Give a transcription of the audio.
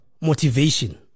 motivation